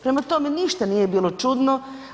Prema tome, ništa nije bilo čudno.